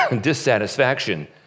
dissatisfaction